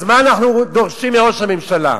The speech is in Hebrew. אז מה אנחנו דורשים מראש הממשלה?